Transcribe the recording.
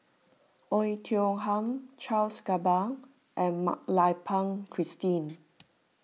Oei Tiong Ham Charles Gamba and Mak Lai Peng Christine